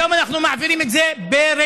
היום אנחנו מעבירים את זה בראשונה,